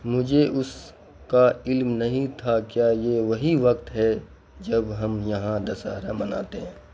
مجھے اس کا علم نہیں تھا کیا یہ وہی وقت ہے جب ہم یہاں دشیرہ مناتے ہیں